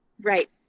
Right